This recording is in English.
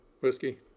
Whiskey